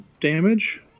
damage